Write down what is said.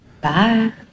Bye